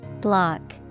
block